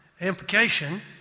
Implication